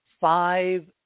five